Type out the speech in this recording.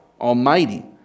Almighty